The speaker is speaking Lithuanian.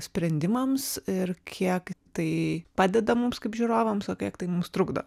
sprendimams ir kiek tai padeda mums kaip žiūrovams o kiek tai mums trukdo